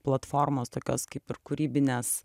platformos tokios kaip ir kūrybinės